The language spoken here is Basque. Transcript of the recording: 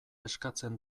eskatzen